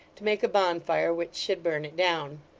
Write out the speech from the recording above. to make a bonfire which should burn it down.